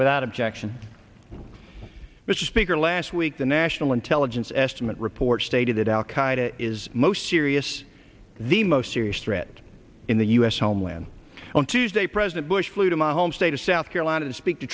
without objection mr speaker last week the national intelligence estimate report stated that al qaeda is most serious the most serious threat in the u s homeland on tuesday president bush flew to my home state of south carolina to speak t